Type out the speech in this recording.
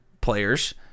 players